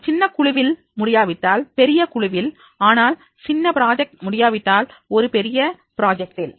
ஒரு சின்ன குழுவில் முடியாவிட்டால் பெரிய குழுவில் ஆனால் சின்ன பிராஜெக்ட் முடியாவிட்டால் ஒரு பெரிய பெரிய ப்ராஜெக்டில்